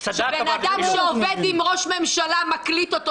שבן אדם שעובד עם ראש ממשלה מקליט אותו